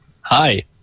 Hi